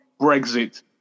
Brexit